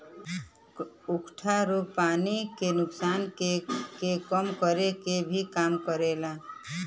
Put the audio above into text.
उकठा रोग पानी के नुकसान के कम करे क भी काम करेला